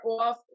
off